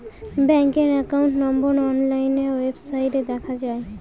ব্যাঙ্কের account number online ওয়েবসাইটে দেখা যায়